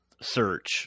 search